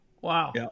Wow